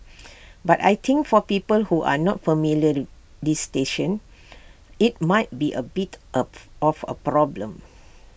but I think for people who are not familiar this station IT might be A bit up of A problem